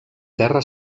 terra